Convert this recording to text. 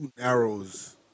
arrows